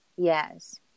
Yes